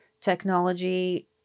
technology